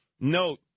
note